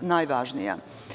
najvažnija.